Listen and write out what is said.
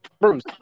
Bruce